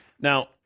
Now